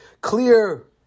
clear